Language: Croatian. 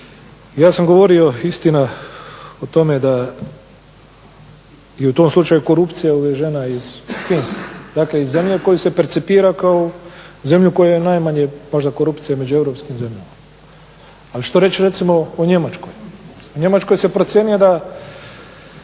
Ja sam govorio istina o tome da i u tom slučaju korupcija uvezena iz Finske, dakle iz zemlje koju se percipira kao zemlju koja je najmanje možda korupcija među europskim zemljama. A što reći recimo o Njemačkoj? U Njemačkoj se procjenjuje da